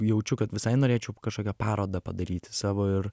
jaučiu kad visai norėčiau kažkokią parodą padaryti savo ir